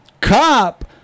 cop